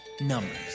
numbers